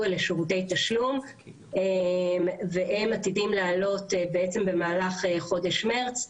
אלה שירותי תשלום והם עתידים להעלות בעצם במהלך חודש מרץ.